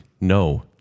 No